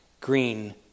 green